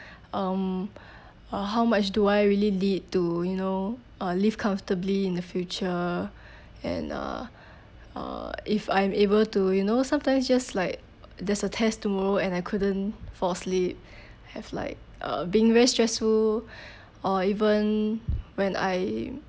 um uh how much do I really need to you know uh live comfortably in the future and uh uh if I'm able to you know sometimes just like there's a test tomorrow and I couldn't fall asleep have like uh being very stressful or even when I